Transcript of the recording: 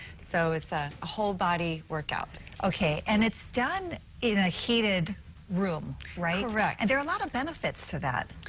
so it's a whole body workout. okay. and it's done in a heated room, right? correct. and there are a lot of benefits to that.